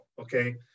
okay